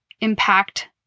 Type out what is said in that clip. impact